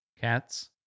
cats